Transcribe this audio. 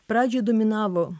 pradžioj dominavo